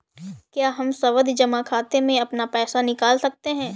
क्या हम सावधि जमा खाते से अपना पैसा निकाल सकते हैं?